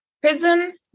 Prison